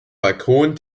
balkon